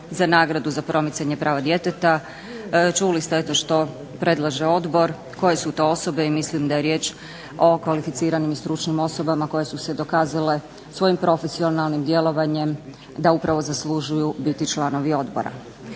za nagradu za promicanje prava djeteta. Čuli ste eto što predlaže odbor, koje su to osobe i mislim da je riječ o kvalificiranim i stručnim osobama koje su se dokazale svojim profesionalnim djelovanjem da upravo zaslužuju biti članovi odbora.